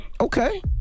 Okay